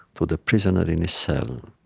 to the prisoner in his cell,